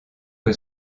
que